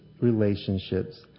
relationships